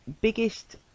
biggest